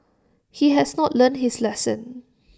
he has not learnt his lesson